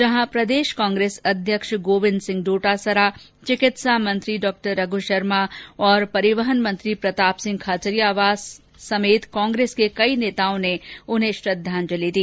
जहां प्रदेश कांग्रेस अध्यक्ष गोविन्द सिंह डोटासरा चिकित्सा मंत्री डॉ रघ् शर्मा और परिवहन मंत्री प्रताप सिंह खाचरियावास समेत कांग्रेस के कई नेताओं ने उन्हें श्रद्दांजलि दी